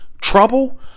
trouble